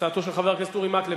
הצעתו של חבר הכנסת אורי מקלב,